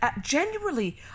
genuinely